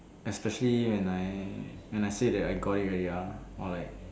especially when I when I say that I got it already ah or like